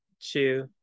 two